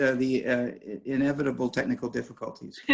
ah the inevitable technical difficulties.